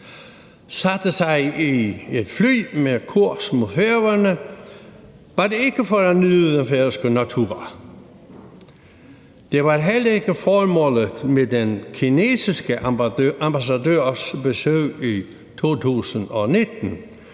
satte sig i et fly med kurs mod Færøerne, var det ikke for at nyde den færøske natur, og det var heller ikke formålet med den kinesiske ambassadørs besøg i 2019